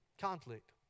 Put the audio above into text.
conflict